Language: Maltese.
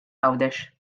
għawdex